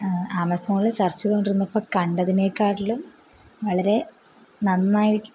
ആമസോണിൽ സെർച്ച് ചെയ്തുകൊണ്ടിരുന്നപ്പോൾ കണ്ടതിനേക്കാട്ടിലും വളരെ നന്നായി